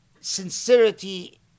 sincerity